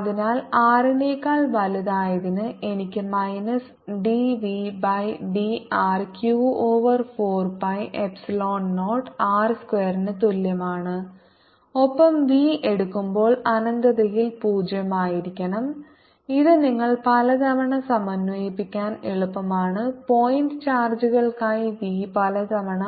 അതിനാൽ R നെക്കാൾ വലുതായതിന് എനിക്ക് minus d v by d r q over 4 pi epsilon 0 r square ന് തുല്യമാണ് ഒപ്പം v എടുക്കുമ്പോൾ അനന്തതയിൽ 0 ആയിരിക്കണം ഇത് നിങ്ങൾ പലതവണ സമന്വയിപ്പിക്കാൻ എളുപ്പമാണ് പോയിന്റ് ചാർജുകൾക്കായി v പലതവണ